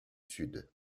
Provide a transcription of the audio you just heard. sud